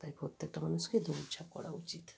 তাই প্রত্যেকটা মানুষকে দৌড়ঝাঁপ করা উচিত